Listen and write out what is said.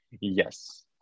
yes